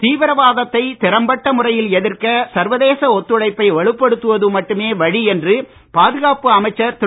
தீவிரவாதத்தை திறம்பட்ட முறையில் எதிர்க்க சர்வதேச ஒத்துழைப்பை வலுப்படுத்துவது மட்டுமே வழி என்று பாதுகாப்பு அமைச்சர் திரு